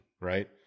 right